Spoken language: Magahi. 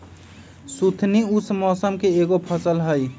सुथनी उष्ण मौसम के एगो फसल हई